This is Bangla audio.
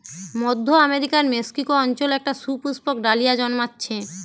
মধ্য আমেরিকার মেক্সিকো অঞ্চলে একটা সুপুষ্পক ডালিয়া জন্মাচ্ছে